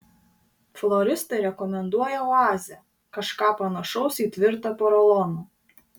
floristai rekomenduoja oazę kažką panašaus į tvirtą poroloną